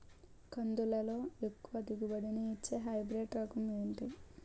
కందుల లో ఎక్కువ దిగుబడి ని ఇచ్చే హైబ్రిడ్ రకం ఏంటి?